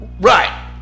Right